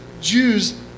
Jews